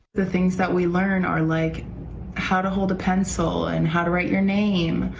the things that we learn are like how to hold a pencil and how to write your name.